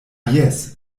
jes